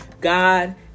God